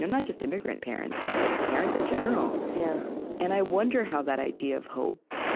not just immigrant parents but parents in general. yeah and i wonder how that idea of hope